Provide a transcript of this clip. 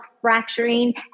fracturing